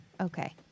okay